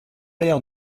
l’air